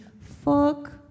fuck